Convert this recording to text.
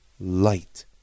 light